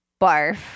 barf